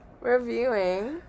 reviewing